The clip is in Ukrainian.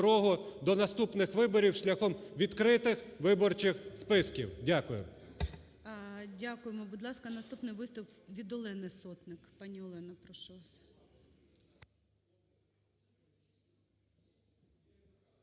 до наступних виборів шляхом відкритих виборчих списків. Дякую. ГОЛОВУЮЧИЙ. Дякуємо. Будь ласка, наступний виступ від Олени Сотник. Пані Олено, прошу вас.